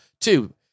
Two